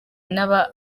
n’abana